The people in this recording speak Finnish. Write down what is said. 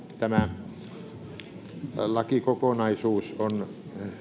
tämä lakikokonaisuus on